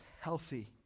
healthy